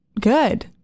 good